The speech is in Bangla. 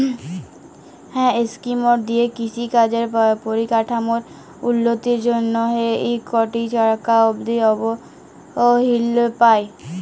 হাঁ ইস্কিমট দিঁয়ে কিষি কাজের পরিকাঠামোর উল্ল্যতির জ্যনহে ইক কটি টাকা অব্দি তহবিল পায়